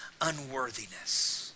unworthiness